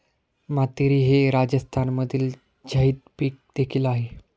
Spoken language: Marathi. मातीरी हे राजस्थानमधील झैद पीक देखील आहे